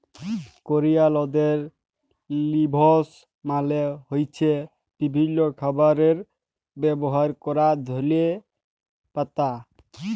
করিয়ালদের লিভস মালে হ্য়চ্ছে বিভিল্য খাবারে ব্যবহার ক্যরা ধলে পাতা